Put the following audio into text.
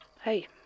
Hey